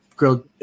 Grilled